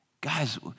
Guys